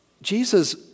Jesus